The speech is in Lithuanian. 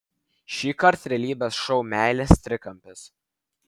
šįkart realybės šou meilės trikampis